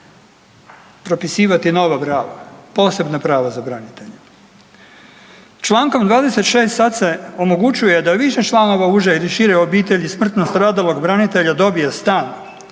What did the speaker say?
propisivati nova pravila, posebna prava za branitelje. Člankom 26. sad se omogućuje da više članova uže ili šire obitelji smrtno stradalog branitelja dobije stan,